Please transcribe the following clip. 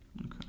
okay